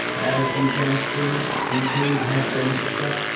as you can see, the tube has been shut.